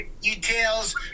details